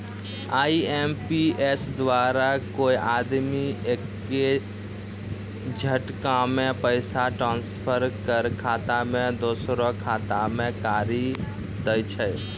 IMPS द्वारा कोय आदमी एक्के झटकामे पैसा ट्रांसफर एक खाता से दुसरो खाता मे करी दै छै